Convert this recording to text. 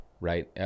right